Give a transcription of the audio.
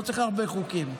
לא צריך הרבה חוקים,